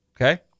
Okay